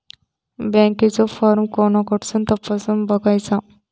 बँकेचो फार्म कोणाकडसून तपासूच बगायचा?